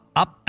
up